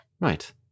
right